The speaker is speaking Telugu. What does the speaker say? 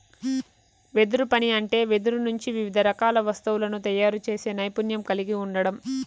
వెదురు పని అంటే వెదురు నుంచి వివిధ రకాల వస్తువులను తయారు చేసే నైపుణ్యం కలిగి ఉండడం